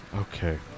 Okay